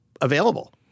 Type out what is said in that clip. available